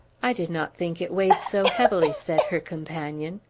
i did not think it weighed so heavily, said her companion.